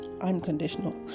unconditional